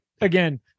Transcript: again